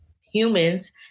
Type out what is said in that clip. humans